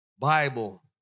Bible